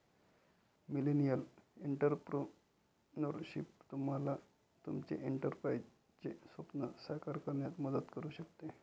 millennial entrepreneurship तुम्हाला तुमचे एंटरप्राइझचे स्वप्न साकार करण्यात मदत करू शकते